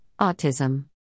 autism